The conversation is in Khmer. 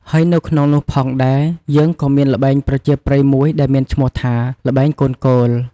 ហើយនៅក្នុងនោះផងដែរ យើងក៏មានល្បែងប្រជាប្រិយមួយដែលមានឈ្មោះថា ល្បែងកូនគោល។